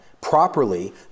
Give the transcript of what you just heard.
properly